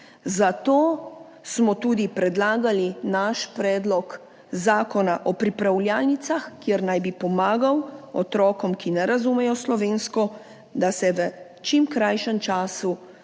zato smo tudi predlagali naš predlog zakona o pripravljalnicah, ki naj bi pomagal otrokom, ki ne razumejo slovensko, da se v čim krajšem času